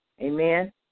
Amen